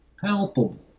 palpable